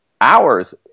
hours